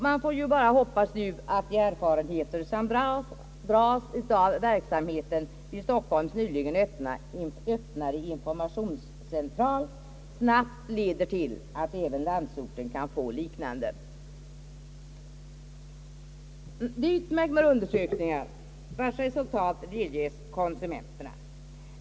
Man får nu bara hoppas att de erfarenheter som dras ut av verksamheten vid Stockholms nyligen öppnade informationscentral snabbt leder till att även landsorten kan få liknande. Det är utmärkt med undersökningar, vilkas resultat delges konsumenterna.